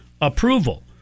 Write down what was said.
approval